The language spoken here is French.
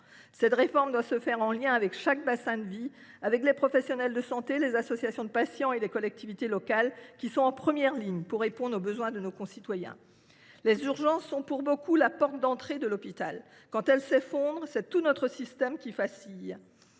Cette réforme doit se faire en lien avec chaque bassin de vie, en concertation avec les professionnels de santé, les associations de patients et les collectivités locales, qui sont en première ligne pour répondre aux besoins de nos concitoyens. Pour beaucoup, les urgences sont la porte d’entrée de l’hôpital. Quand elles s’effondrent, c’est tout notre système qui vacille.